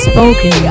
Spoken